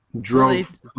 drove